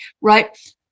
Right